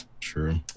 True